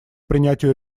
принятию